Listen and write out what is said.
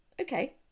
okay